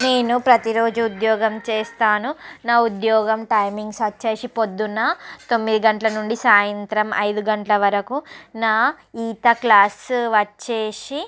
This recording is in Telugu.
నేను ప్రతిరోజు ఉద్యోగం చేస్తాను నా ఉద్యోగం టైమింగ్స్ వచ్చేసి పొద్దున్న తొమ్మిది గంటల నుండి సాయంత్రం ఐదు గంటల వరకు నా ఈత క్లాసు వచ్చేసి